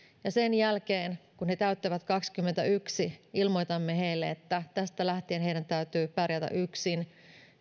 ja sen jälkeen kun he täyttävät kaksikymmentäyksi ilmoitamme heille että tästä lähtien heidän täytyy pärjätä yksin